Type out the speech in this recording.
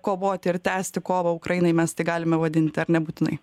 kovoti ir tęsti kovą ukrainai mes tai galime vadinti ar nebūtinai